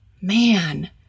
man